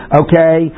okay